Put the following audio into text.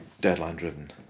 deadline-driven